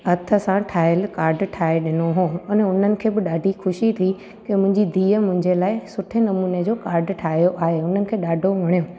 हथ सां ठहियल काड ठाहे ॾिनो हुओ अने उन्हनि खे बि ॾाढी ख़ुशी थी की मुंहिंजी धीअ मुंहिंजे लाइ सुठे नमूने जो काड ठाहियो आहे ऐं उन्हनि खे ॾाढो वणियो